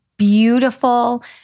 beautiful